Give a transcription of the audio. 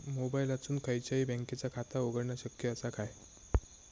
मोबाईलातसून खयच्याई बँकेचा खाता उघडणा शक्य असा काय?